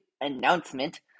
announcement